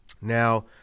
now